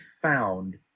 found